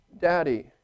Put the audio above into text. Daddy